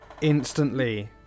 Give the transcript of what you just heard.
Instantly